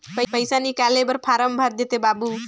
पइसा निकाले बर फारम भर देते बाबु?